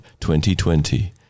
2020